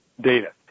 data